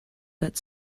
but